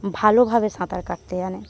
ভালোভাবে সাঁতার কাটতে জানে